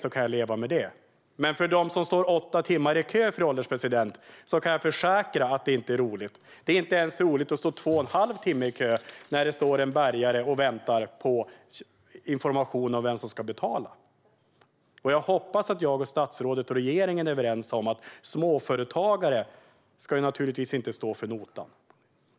Men jag kan försäkra att det inte är roligt för dem som står åtta timmar i kö, fru ålderspresident. Det är inte ens roligt att stå två och en halv timme i kö när det står en bärgare och väntar på information om vem som ska betala. Jag hoppas att jag, statsrådet och regeringen är överens om att småföretagare naturligtvis inte ska stå för notan.